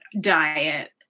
diet